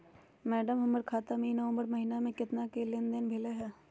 madam, हमर खाता में ई नवंबर महीनमा में केतना के लेन देन होले है